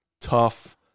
Tough